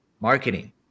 Marketing